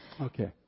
Okay